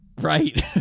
Right